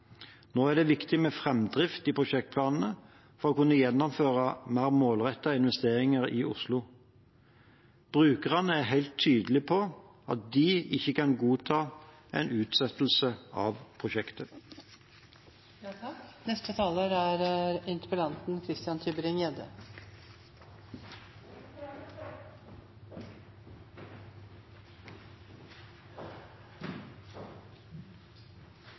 Nå er det viktig med framdrift i prosjektplanene for å kunne gjennomføre mer målrettede investeringer i Oslo. Brukerne er helt tydelige på at de ikke kan godta en utsettelse av prosjektet. Jeg tolker det som at helseministeren ikke er